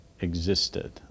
existed